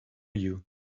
you